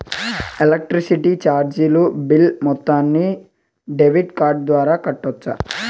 Electricity చార్జీలు bill మొత్తాన్ని debit card ద్వారా కట్టొచ్చా?